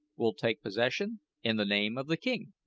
we'll take possession in the name of the king.